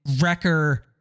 wrecker